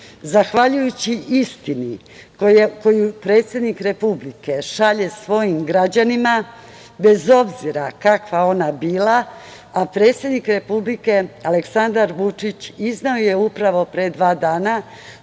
Zahvaljujući istini koju predsednik Republike šalje svojim građanima, bez obzira kakva ona bila, a predsednik Republike Aleksandar Vučić izneo je upravo pre dva dana